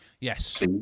Yes